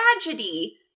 tragedy